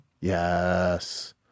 Yes